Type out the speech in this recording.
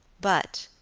but,